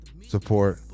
support